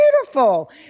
beautiful